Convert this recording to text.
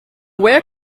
where